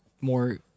more